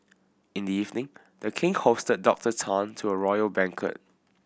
in the evening The King hosted Doctor Tan to a royal banquet